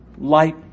light